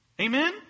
Amen